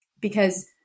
Because-